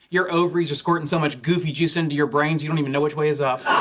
your ovaries are squirting so much goofy juice into your brains, you don't even know which way is up.